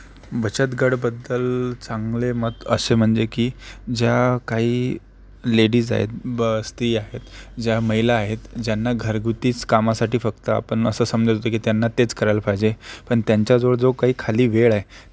बचत गटाबद्दल चांगले मत असे म्हणजे की ज्या काही लेडीज आहेत बस्ती आहेत ज्या महिला आहेत ज्यांना घरगुतीच कामासाठी फक्त आपण असं समजत होतो की त्यांना तेच करायला पाहिजे पण त्यांच्याजवळ जो काही खाली वेळ आहे त्या